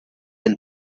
and